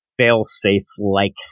Failsafe-like